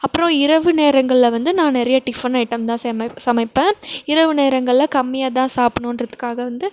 அப்புறம் இரவு நேரங்களில் வந்து நான் நிறைய டிஃபன் ஐட்டம் தான் செம சமைப்பேன் இரவு நேரங்களில் கம்மியாக தான் சாப்பிட்ணுன்றதுக்காக வந்து